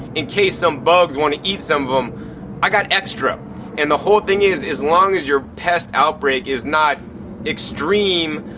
in case some bugs want to eat some of them i've got extra and the whole thing is as long as your pest outbreak is not extreme.